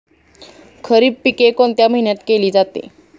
खरीप पिके कोणत्या महिन्यात केली जाते?